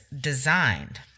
designed